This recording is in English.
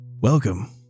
Welcome